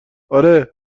آره